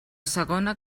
segona